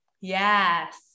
yes